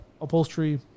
upholstery